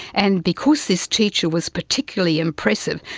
and because this teacher was particularly impressive,